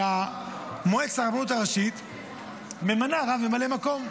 מועצת הרבנות הראשית ממנה רב ממלא מקום.